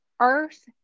earth